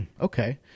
okay